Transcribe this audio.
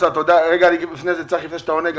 צחי, לפני שאתה עונה,